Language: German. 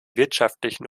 wirtschaftlichen